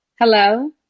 Hello